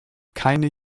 keine